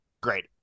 Great